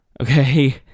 okay